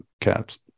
cats